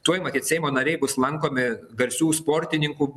tuoj matyt seimo nariai bus lankomi garsių sportininkų